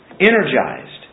energized